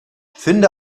finde